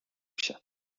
się